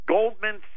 Goldman